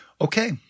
Okay